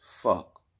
Fuck